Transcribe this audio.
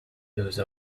those